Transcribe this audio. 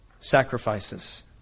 sacrifices